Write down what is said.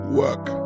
work